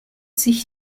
sich